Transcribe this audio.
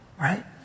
right